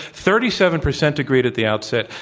thirty seven percent agreed at the outset.